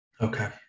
okay